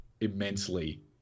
immensely